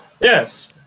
yes